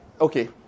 okay